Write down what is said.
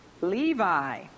Levi